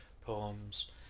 poems